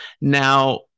Now